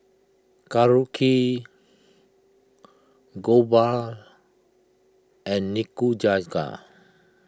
Korokke Jokbal and Nikujaga